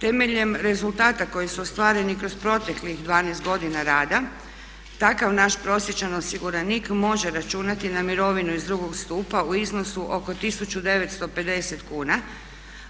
Temeljem rezultata koji su ostvareni kroz proteklih 12 godina rada takav naš prosječan osiguranik može računati na mirovinu iz drugog stupa u iznosu oko 1950 kuna,